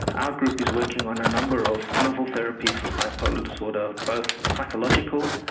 our group is working on a number of novel therapies for bipolar disorder, both psychological,